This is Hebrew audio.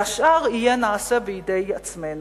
והשאר יהיה נעשה בידי עצמנו".